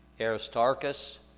Aristarchus